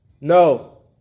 No